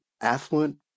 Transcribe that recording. affluent